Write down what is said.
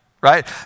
right